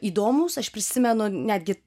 įdomūs aš prisimenu netgi